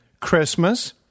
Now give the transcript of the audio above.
Christmas